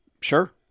Sure